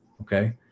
okay